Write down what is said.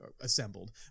assembled